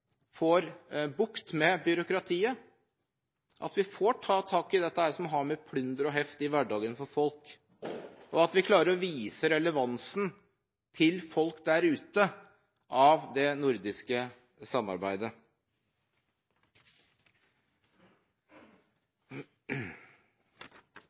får bukt med byråkratiet, at vi får tatt tak i dette som har å gjøre med plunder og heft i hverdagen for folk, og at vi klarer å vise relevansen av det nordiske samarbeidet til folk der ute.